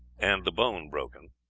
and the bone broken.